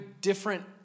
different